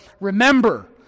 Remember